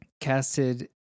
casted